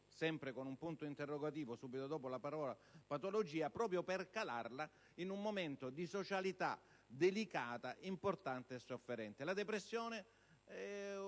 sempre un punto interrogativo subito dopo la parola patologia) per calarla in un momento di socialità delicata, importante e sofferente. La depressione è un